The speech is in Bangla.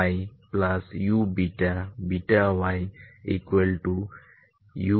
uy কি